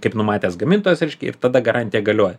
kaip numatęs gamintojas reiškia ir tada garantija galioja